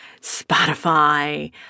Spotify